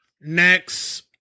Next